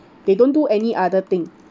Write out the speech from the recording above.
they don't do any other thing